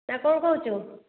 ନା କ'ଣ କହୁଛୁ